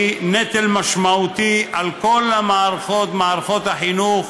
והיא נטל משמעותי על כל המערכות: מערכות החינוך,